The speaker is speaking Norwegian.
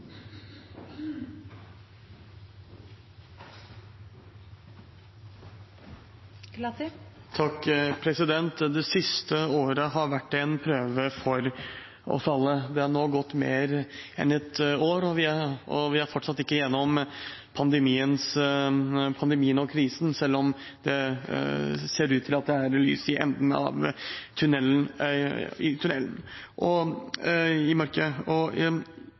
Det siste året har vært en prøve for oss alle. Det har nå gått mer enn et år, og vi er fortsatt ikke gjennom pandemien og krisen, selv om det ser ut til at det er lys i enden av den mørke tunnelen.